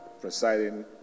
presiding